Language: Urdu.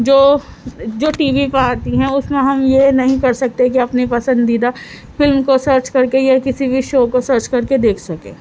جو جو ٹی وی پہ آتی ہیں اُس میں ہم یہ نہیں کر سکتے کہ اپنی پسندیدہ فلم کو سرچ کر کے یا کسی بھی شو کو سرچ کر کے دیکھ سکے